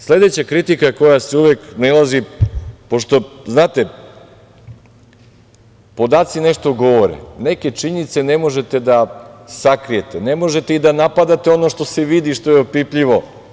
Sledeća kritika na koju se uvek nailazi, pošto znate, podaci nešto govore, neke činjenice ne možete da sakrijete, ne možete ni da napadate ono što se vidi, što je opipljivo.